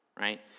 right